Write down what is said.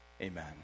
Amen